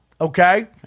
Okay